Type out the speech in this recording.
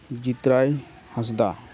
Jitrai Hansda